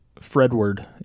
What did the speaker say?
Fredward